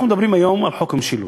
אנחנו מדברים היום על חוק המשילות.